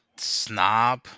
Snob